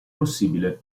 possibile